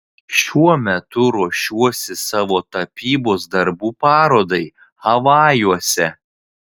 šiuo metu ruošiuosi savo tapybos darbų parodai havajuose